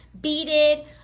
beaded